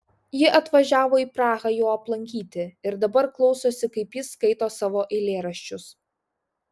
ji atvažiavo į prahą jo aplankyti ir dabar klausosi kaip jis skaito savo eilėraščius